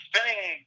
Spinning